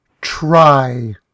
try